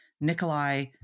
Nikolai